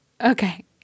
Okay